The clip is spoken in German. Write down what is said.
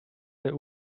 der